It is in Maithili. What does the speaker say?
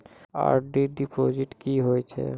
आर.डी डिपॉजिट की होय छै?